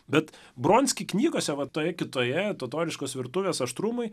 bet bronski knygose va toje kitoje totoriškos virtuvės aštrumai